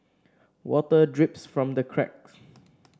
water drips from the cracks